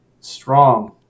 strong